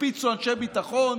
הקפיצו אנשי ביטחון,